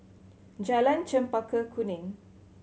Jalan Chempaka Kuning